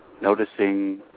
noticing